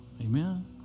Amen